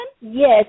Yes